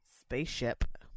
spaceship